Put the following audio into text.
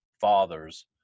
fathers